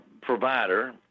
provider